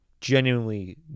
Genuinely